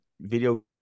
video